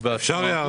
מה השאלה?